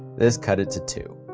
this cut it to two.